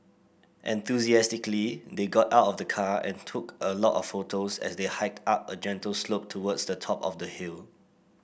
enthusiastically they got out of the car and took a lot of photos as they hiked up a gentle slope towards the top of the hill